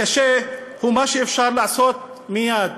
הקשה הוא מה שאפשר לעשות מייד.